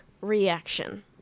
reaction